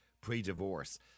pre-divorce